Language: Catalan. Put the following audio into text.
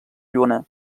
lluna